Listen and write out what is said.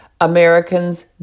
Americans